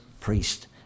priest